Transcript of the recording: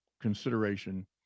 consideration